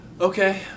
Okay